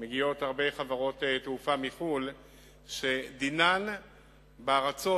מגיעות הרבה חברות תעופה מחו"ל שדינן בארצות